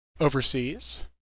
overseas